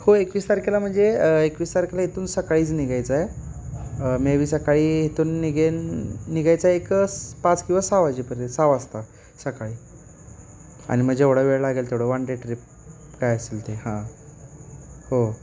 हो एकवीस तारखेला म्हणजे एकवीस तारखेला इथून सकाळीच निघायचं आहे मेबी सकाळी इथून निघेन निघायचं आहे एक स पाच किंवा सहा वाजेपर्यंत सहा वाजता सकाळी आणि मग जेवढा वेळ लागेल तेवढं वन डे ट्रिप काय असेल ते हां हो